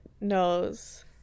knows